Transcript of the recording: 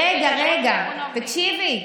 רגע, רגע, תקשיבי.